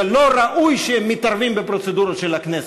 זה לא ראוי שהם מתערבים בפרוצדורה של הכנסת.